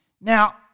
Now